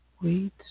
Wait